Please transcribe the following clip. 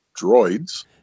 droids